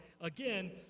Again